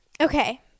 Okay